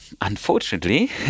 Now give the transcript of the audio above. unfortunately